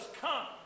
come